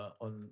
on